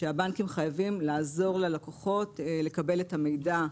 שהבנקים חייבים לעזור ללקוחות לקבל את המידע.